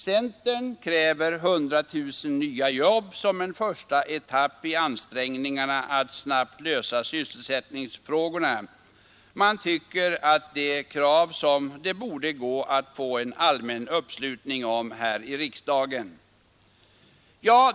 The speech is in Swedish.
Centern kräver 100 000 nya jobb som en första etapp i ansträngningarna att snabbt lösa sysselsättningsfrågorna. Man tycker att det är ett krav som det borde gå att få allmän uppslutning kring här i riksdagen.